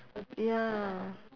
ya